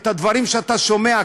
את הדברים שאתה שומע,